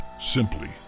Simply